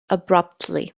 abruptly